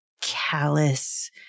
callous